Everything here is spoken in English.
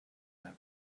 that